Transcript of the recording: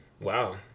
Wow